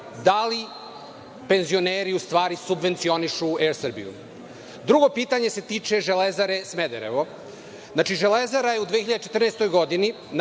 da li penzioneri u stvari subvencionišu Er Srbiju? Drugo pitanje se tiče Železare Smederevo. Železara je u 2014. godini